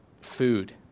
food